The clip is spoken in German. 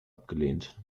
abgelehnt